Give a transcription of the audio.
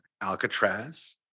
Alcatraz